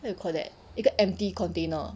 what you call that 一个 empty container